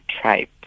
tribe